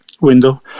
window